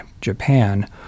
Japan